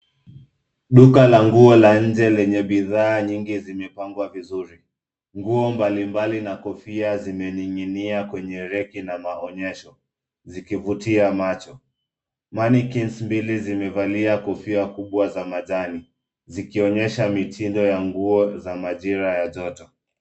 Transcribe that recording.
Duka la nguo la nje lenye bidhaa nyingi zimepangwa vizuri. Nguo mbali mbali na kofia zimening'inia kwenye reki na maonyesho, zikivutia macho. Mannequins mbili zimevalia kofia kubwa za majani, zikionyesha mitindo ya nguo za majira ya joto.